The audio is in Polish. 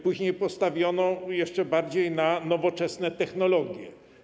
Później postawiono jeszcze bardziej na nowoczesne technologie.